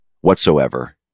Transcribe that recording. whatsoever